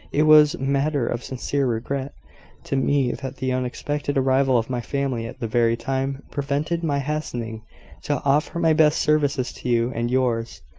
it was matter of sincere regret to me that the unexpected arrival of my family at the very time prevented my hastening to offer my best services to you and yours.